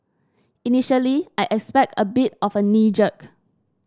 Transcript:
initially I expect a bit of a knee jerk